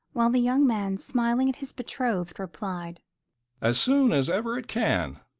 while the young man, smiling at his betrothed, replied as soon as ever it can,